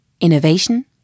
Innovation